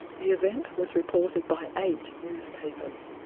the event was reported by eight newspapers.